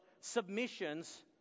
submission's